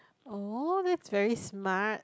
oh that's very smart